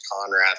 Conrad